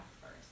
first